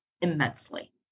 immensely